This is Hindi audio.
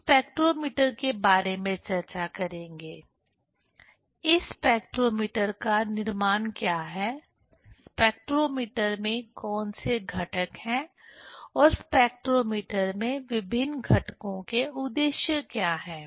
हम स्पेक्ट्रोमीटर के बारे में चर्चा करेंगे इस स्पेक्ट्रोमीटर का निर्माण क्या है स्पेक्ट्रोमीटर में कौन से घटक हैं और स्पेक्ट्रोमीटर में विभिन्न घटकों के उद्देश्य क्या हैं